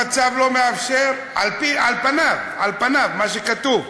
המצב לא מאפשר, על פניו, על פניו מה שכתוב.